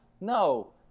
No